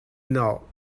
know